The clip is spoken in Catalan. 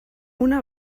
una